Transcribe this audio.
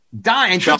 Dying